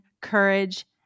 courage